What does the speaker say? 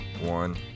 one